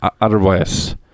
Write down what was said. otherwise